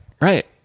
Right